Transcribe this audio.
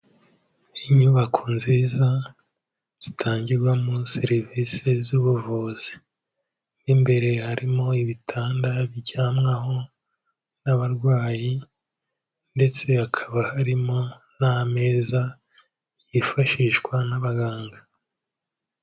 Inyubako nziza zitangirwamo serivisi z'ubuvuzi, mo imbere harimo ibitanda biryamwaho n'abarwayi, ndetse hakaba harimo n'ameza yifashishwa n'abaganga.